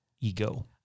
ego